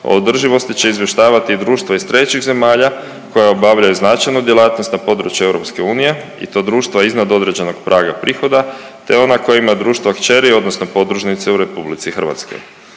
održivosti će izvještavati društvo iz trećih zemalja koje obavljaju značajnu djelatnost na području EU i to društva iznad određenog praga prihoda te ona koja ima društva kćeri odnosno podružnice u RH.